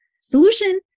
solution